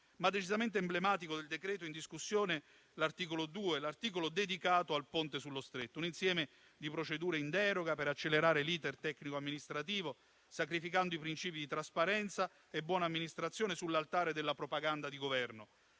Decisamente emblematico del decreto-legge in discussione è l'articolo 2, l'articolo dedicato al Ponte sullo Stretto: un insieme di procedure in deroga per accelerare l'*iter* tecnico ed amministrativo, sacrificando i principi di trasparenza e buona amministrazione sull'altare della propaganda di Governo.